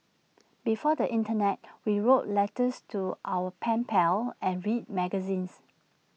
before the Internet we wrote letters to our pen pals and read magazines